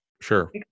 Sure